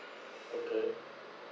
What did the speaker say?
okay